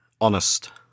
Honest